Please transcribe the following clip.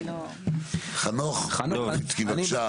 חנוך, בבקשה.